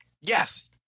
Yes